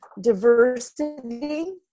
diversity